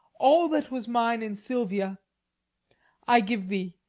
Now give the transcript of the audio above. all that was mine in silvia i give thee.